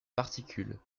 particule